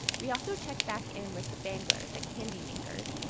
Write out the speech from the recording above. we also checked back in with spangler the candy makers.